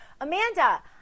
Amanda